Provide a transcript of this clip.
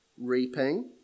Reaping